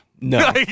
No